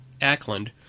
Ackland